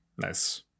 Nice